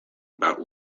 about